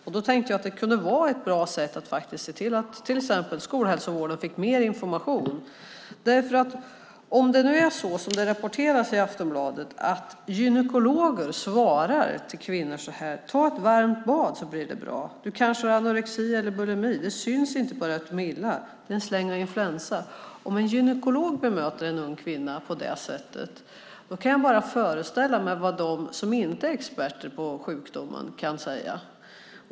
Jag tänkte att det kunde vara ett bra sätt att se till att skolhälsovården fick mer information. "Ta ett varmt bad så blir det bra." "Du kanske har anorexi eller bulimi." "Det syns inte på dig att du mår illa." "Det är en släng av influensan." Om en gynekolog bemöter en ung kvinna på det sättet kan jag bara föreställa mig vad de som inte är experter på sjukdomen kan säga.